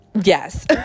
yes